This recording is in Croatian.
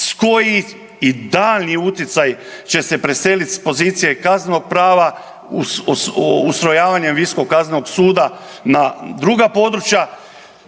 koji i daljnji utjecaj će se preselit s pozicije kaznenog prava ustrojavanjem Visokog kaznenog suda na druga područja,